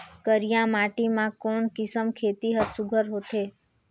करिया माटी मा कोन किसम खेती हर सुघ्घर होथे?